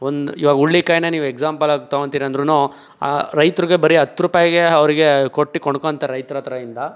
ಒಂದು ಇವಾಗ ಹುರ್ಳಿಕಾಯಿನ್ನೇ ನೀವು ಎಕ್ಸಾಂಪಲಾಗಿ ತೊಗೊಳ್ತೀರಂದ್ರೂ ಆ ರೈತರಿಗೆ ಬರೀ ಹತ್ರುಪಾಯಿಗೆ ಅವ್ರಿಗೆ ಕೊಟ್ಟು ಕೊಂಡ್ಕೋಳ್ತಾರೆ ರೈತರತ್ರದಿಂದ